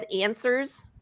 answers